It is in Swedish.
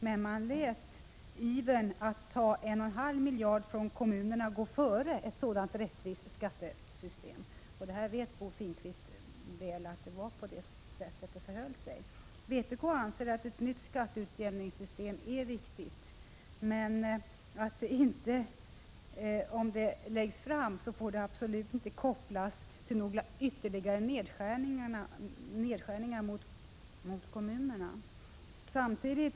Men i sin iver lät man en indragning på 1,5 miljarder kronor från kommunerna gå före införandet av ett rättvist skattesystem. Bo Finnkvist vet väl att det förhöll sig så. Ett nytt skatteutjämningssystem är enligt vpk viktigt, men det får absolut inte kopplas till ytterligare nedskärningar riktade mot kommunerna.